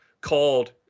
called